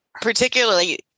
particularly